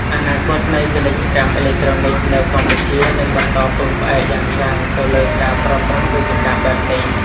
អនាគតនៃពាណិជ្ជកម្មអេឡិចត្រូនិកនៅកម្ពុជានឹងបន្តពឹងផ្អែកយ៉ាងខ្លាំងទៅលើការប្រើប្រាស់វេទិកាបែបនេះ។